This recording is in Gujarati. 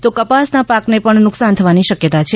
તો કપાસનાં પાકને પણ નુકસાન થવાની શક્યતા છે